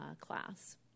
class